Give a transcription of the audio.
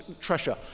treasure